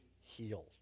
healed